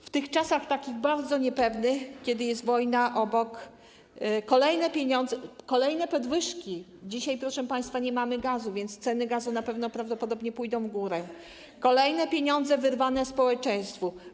W tych czasach, bardzo niepewnych, kiedy jest wojna obok i są kolejne podwyżki - dzisiaj, proszę państwa, nie mamy gazu, więc ceny gazu na pewno, prawdopodobnie pójdą w górę - kolejne pieniądze są wyrwane społeczeństwu.